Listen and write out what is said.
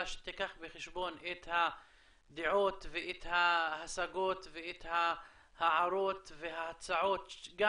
שתיקח בחשבון את הדעות ואת ההשגות ואת ההערות וההצעות גם